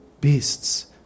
beasts